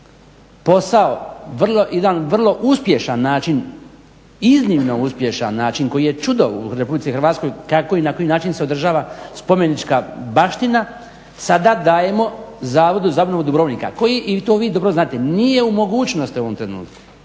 vrlo, jedan vrlo uspješan način, iznimno uspješan način koji je čudo u RH, kako i na koji način se održava spomenička baština, sada dajemo Zavodu za obnovu Dubrovnika koji i to vi dobro znate. Nije u mogućnosti u ovom trenutku